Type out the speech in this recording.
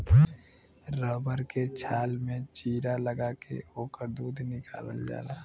rubber के छाल में चीरा लगा के ओकर दूध निकालल जाला